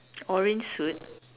orange suit